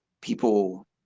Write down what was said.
people